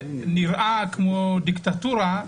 נראה כמו דיקטטורה,